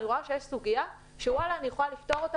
אני רואה שיש סוגיה שאני יכולה לפתור אותה